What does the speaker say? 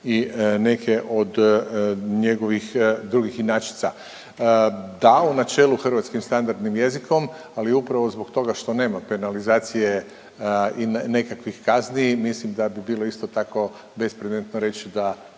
i neke od njegovih drugih inačica. Da, u načelu hrvatskim standardnim jezikom, ali upravo zbog toga što nema penalizacije i nekakvih kazni mislim da bi bilo isto tako bespredmetno reći da